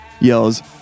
yells